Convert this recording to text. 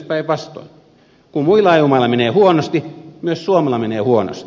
kun muilla eu mailla menee huonosti myös suomella menee huonosti